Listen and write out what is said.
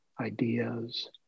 ideas